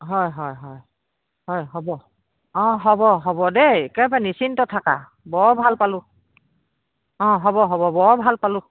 হয় হয় হয় হয় হ'ব অঁ হ'ব হ'ব দেই একেবাৰে নিশ্চিন্ত থাকা বৰ ভাল পালোঁ অঁ হ'ব হ'ব বৰ ভাল পালোঁ